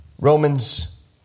Romans